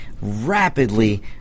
rapidly